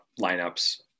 lineups